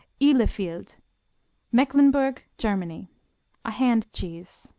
ihlefield mecklenburg, germany a hand cheese.